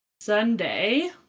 Sunday